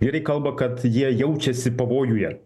vyrai kalba kad jie jaučiasi pavojuje